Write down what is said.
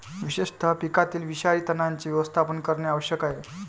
विशेषतः पिकातील विषारी तणांचे व्यवस्थापन करणे आवश्यक आहे